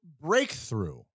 Breakthrough